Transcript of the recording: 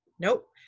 nope